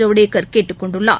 ஜவ்டேகர் கேட்டுக்கொண்டுள்ளார்